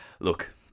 look